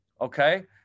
okay